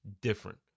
different